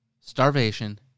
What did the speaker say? starvation